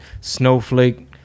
snowflake